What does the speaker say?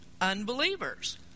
unbelievers